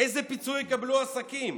איזה פיצוי יקבלו העסקים?